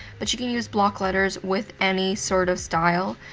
but you can use block letters with any sort of style.